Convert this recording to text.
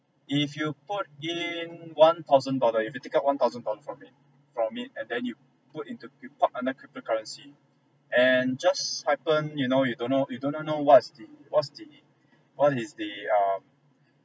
if you put in one thousand dollar if you take out one thousand dollar from it from it and then you put into you port under cryptocurrency and just happened you know you don't know you do not know what's the what's the what is the um